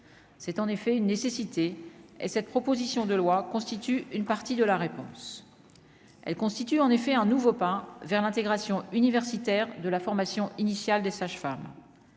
c'est en effet une nécessité et cette proposition de loi constitue une partie de la réponse, elle constitue en effet un nouveau pas vers l'intégration universitaire de la formation initiale des sages-femmes